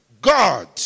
God